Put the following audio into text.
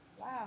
wow